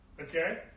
Okay